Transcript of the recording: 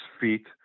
feet